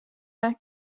back